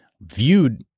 viewed